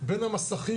בין המסכים,